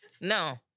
no